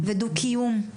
ודו-קיום,